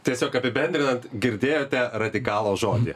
tiesiog apibendrinant girdėjote radikalo žodį